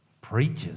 preachers